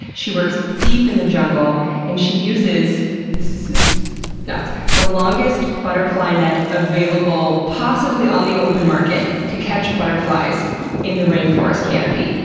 she works deep in the jungle and she uses this is nuts the longest butterfly net available, possibly on the open market, to catch butterflies in the rainforest canopy.